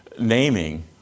naming